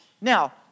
Now